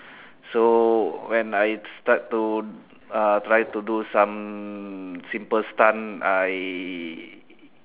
so when I start to uh try to do some simple stunt I